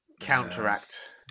counteract